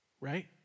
Right